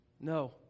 No